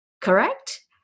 correct